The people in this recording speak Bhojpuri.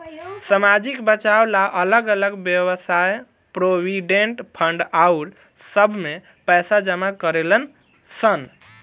सामाजिक बचाव ला अलग अलग वयव्साय प्रोविडेंट फंड आउर सब में पैसा जमा करेलन सन